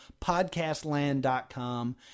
Podcastland.com